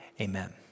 amen